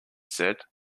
said